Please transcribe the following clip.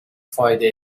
فایده